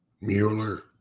Mueller